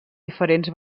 diferents